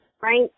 right